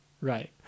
Right